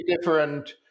different